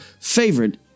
favorite